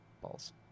Balls